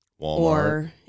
Walmart